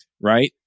Right